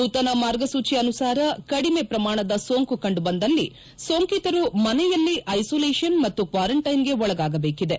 ನೂತನ ಮಾರ್ಗಸೂಚಿ ಅನುಸಾರ ಕಡಿಮೆ ಪ್ರಮಾಣದ ಸೋಂಕು ಕಂಡು ಬಂದಲ್ಲಿ ಸೋಂಕಿತರು ಮನೆಯಲ್ಲೇ ಐಸೋಲೇಷನ್ ಮತ್ತು ಕ್ವಾರಂಟ್ಟೆನ್ಗೆ ಒಳಗಾಗಬೇಕಿದೆ